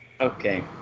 Okay